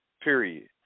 period